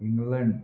England